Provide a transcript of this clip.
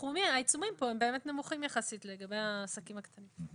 העיצומים כאן הם באמת נמוכים יחסית לגבי העסקים הקטנים.